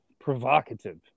provocative